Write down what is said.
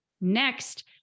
Next